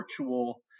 virtual